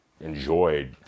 enjoyed